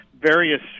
various